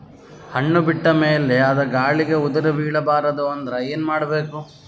ಹಣ್ಣು ಬಿಟ್ಟ ಮೇಲೆ ಅದ ಗಾಳಿಗ ಉದರಿಬೀಳಬಾರದು ಅಂದ್ರ ಏನ ಮಾಡಬೇಕು?